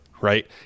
right